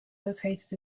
located